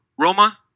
Roma